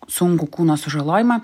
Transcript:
sunkų kūno sužalojimą